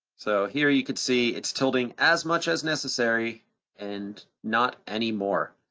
so here you could see it's tilting as much as necessary and not any more.